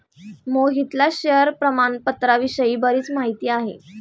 मोहितला शेअर प्रामाणपत्राविषयी बरीच माहिती आहे